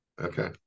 Okay